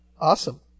Awesome